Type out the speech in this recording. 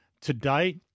today